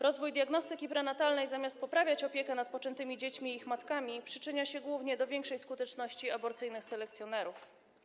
Rozwój diagnostyki prenatalnej, zamiast poprawiać opiekę nad poczętymi dziećmi i ich matkami, przyczynia się głównie do większej skuteczności aborcyjnej selekcjonerów.